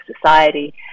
society